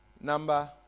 Number